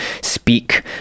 speak